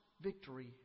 victory